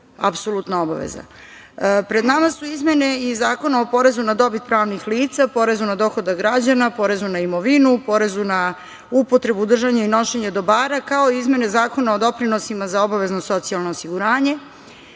apsolutna obaveza. Pred nama su i izmene zakona o porezu na dobit pravnih lica, poreza na dohodak građana, porezu na imovinu, porezu na upotrebu, držanje i nošenje dobara, kao i izmene Zakona o doprinosima za obavezno socijalno osiguranje.